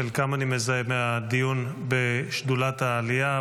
את חלקם אני מזהה מהדיון בשדולת העלייה.